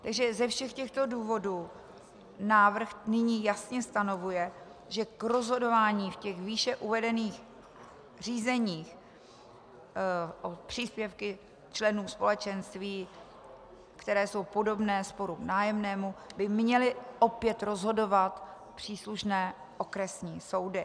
Takže ze všech těchto důvodů tedy návrh nyní jasně stanovuje, že k rozhodování v těch výše uvedených řízeních o příspěvky členů společenství, které jsou podobné sporům nájemnému, by měly opět rozhodovat příslušné okresní soudy.